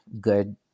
good